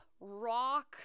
rock